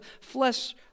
flesh